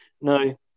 No